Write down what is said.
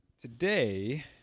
today